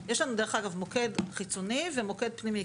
יש לנו מוקד חיצוני ומוקד פנימי,